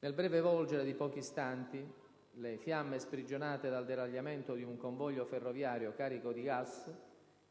Nel breve volgere di pochi istanti, le fiamme sprigionate dal deragliamento di un convoglio ferroviario carico di gas